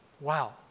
Wow